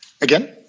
again